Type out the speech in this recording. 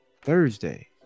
Thursday